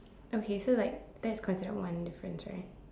okay so like that's considered one difference right